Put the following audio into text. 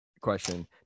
question